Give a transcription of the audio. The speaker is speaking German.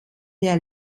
der